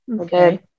Okay